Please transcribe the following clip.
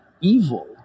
evil